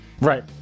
Right